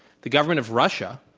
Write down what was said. the government of russia,